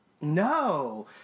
No